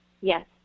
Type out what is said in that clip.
Yes